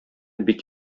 бик